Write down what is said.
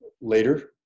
later